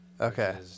Okay